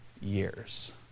years